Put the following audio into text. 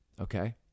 okay